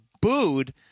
booed